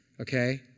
Okay